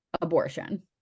abortion